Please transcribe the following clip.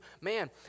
man